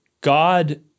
God